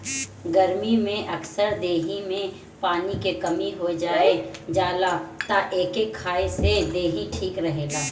गरमी में अक्सर देहि में पानी के कमी हो जाला तअ एके खाए से देहि ठीक रहेला